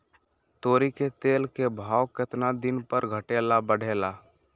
तोरी के तेल के भाव केतना दिन पर घटे ला बढ़े ला?